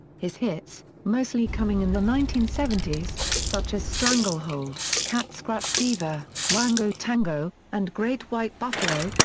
his hits, mostly coming in the nineteen seventy s, such as stranglehold, cat scratch fever, wango tango, and great white buffalo,